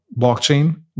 blockchain